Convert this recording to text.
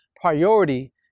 priority